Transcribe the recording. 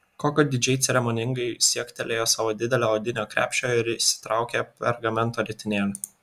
kongo didžiai ceremoningai siektelėjo savo didelio odinio krepšio ir išsitraukė pergamento ritinėlį